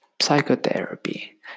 psychotherapy